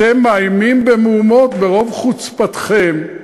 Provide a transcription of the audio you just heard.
אתם מאיימים במהומות, ברוב חוצפתכם.